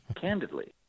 candidly